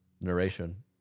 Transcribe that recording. narration